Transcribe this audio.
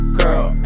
girl